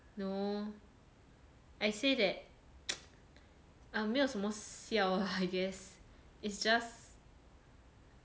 no I say that um 没有什么笑 lah I guess it's just